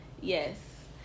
yes